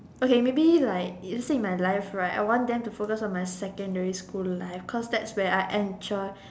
okay maybe like you see in my life right I want them to focus on my secondary school life cause that's where I enjoy